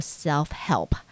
self-help